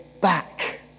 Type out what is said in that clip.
back